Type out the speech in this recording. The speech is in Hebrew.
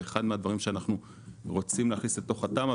זה אחד מהדברים שאנחנו רוצים להכניס לתוך התמ"א,